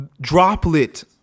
droplet